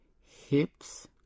hips